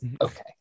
okay